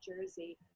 Jersey